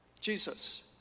Jesus